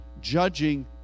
judging